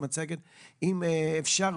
אם אפשר,